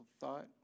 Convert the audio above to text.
thought